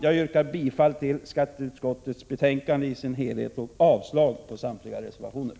Jag yrkar bifall till skatteutskottets hemställan i betänkandet i dess helhet och avslag på samtliga reservationer.